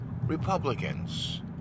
Republicans